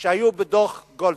שהיו בדוח-גולדסטון.